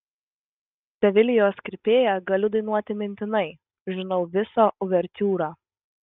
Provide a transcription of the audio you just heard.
sevilijos kirpėją galiu dainuoti mintinai žinau visą uvertiūrą